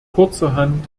kurzerhand